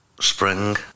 Spring